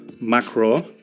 macro